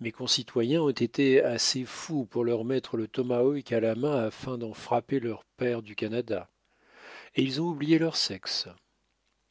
mes concitoyens ont été assez fous pour leur mettre le tomahawk à la main afin d'en frapper leur père du canada et ils ont oublié leur sexe